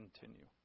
continue